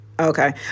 Okay